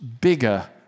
bigger